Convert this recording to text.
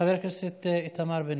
חבר הכנסת איתמר בן